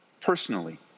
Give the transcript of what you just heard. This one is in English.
personally